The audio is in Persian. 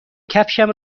کفشم